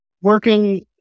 working